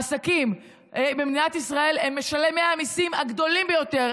העסקים במדינת ישראל הם משלמי המיסים הגדולים ביותר.